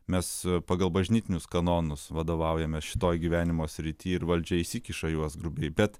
mes pagal bažnytinius kanonus vadovaujamės šitoj gyvenimo srity ir valdžia įsikiša juos grubiai bet